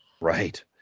Right